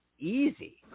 easy